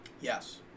Yes